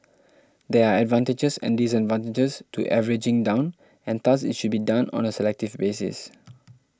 there are advantages and disadvantages to averaging down and thus it should be done on a selective basis